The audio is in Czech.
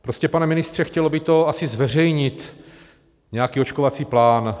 Prostě pane ministře, chtělo by to asi zveřejnit nějaký očkovací plán.